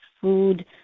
food